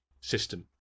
System